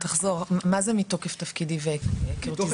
תחזור מה זה מתוקף תפקידי והיכרותי?